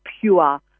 pure